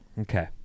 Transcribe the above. Okay